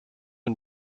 une